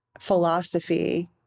philosophy